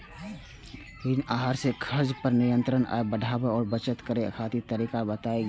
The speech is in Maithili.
ऋण आहार मे खर्च पर नियंत्रण, आय बढ़ाबै आ बचत करै आदिक तरीका बतायल गेल छै